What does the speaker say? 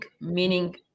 meaning